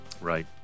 Right